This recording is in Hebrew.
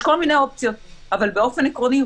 יש כל מיני אופציות אבל באופן עקרוני,